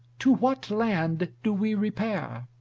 to what land do we repair?